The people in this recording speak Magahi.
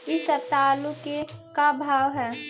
इ सप्ताह आलू के का भाव है?